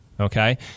Okay